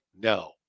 no